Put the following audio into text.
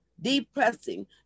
depressing